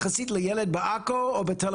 ולמשרד והרשויות יש סכום מידי לעצור מפגע,